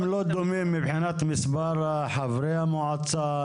הם לא דומים מבחינת חברי המועצה,